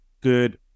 good